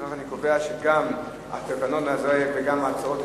לפיכך, אני קובע שתקנות אלה אושרו.